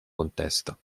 contesto